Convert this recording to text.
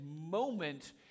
moment